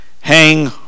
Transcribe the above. hang